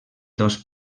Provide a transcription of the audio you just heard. dos